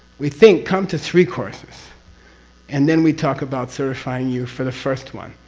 we think, come to three courses and then we talk about certifying you for the first one.